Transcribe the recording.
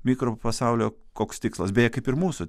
mikropasaulio koks tikslas beje kaip ir mūsų